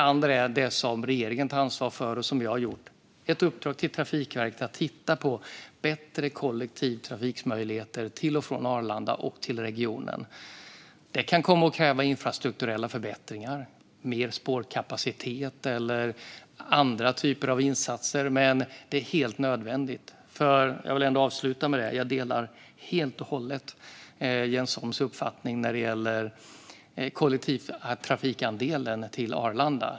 Vidare är det som regeringen tar ansvar för, och som vi har gjort, att ge Trafikverket i uppdrag att titta på bättre kollektivtrafikmöjligheter till och från Arlanda och till och från regionen. Det kan komma att krävas infrastrukturella förbättringar, mer spårkapacitet eller andra typer av insatser. Men det är helt nödvändigt. Jag vill avsluta med att jag instämmer helt och hållet i Jens Holms uppfattning när det gäller kollektivtrafikandelen till Arlanda.